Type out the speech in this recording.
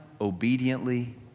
obediently